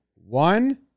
One